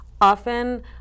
often